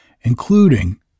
including